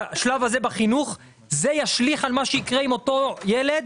השלב הזה בחינוך זה ישליך על מה שיקרה עם אותו ילד